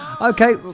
Okay